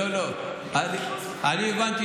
לא, שלא תהיינה אי-הבנות.